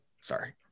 Sorry